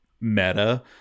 meta